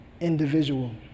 individual